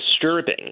disturbing